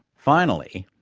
finally,